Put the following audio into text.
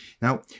Now